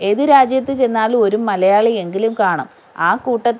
ഏത് രാജ്യത്ത് ചെന്നാലും ഒരു മലയാളി എങ്കിലും കാണും ആ കൂട്ടത്തിലും